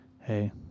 hey